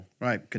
Right